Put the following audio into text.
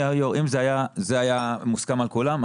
אם זה היה מוסכם על כולם,